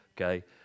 Okay